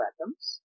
atoms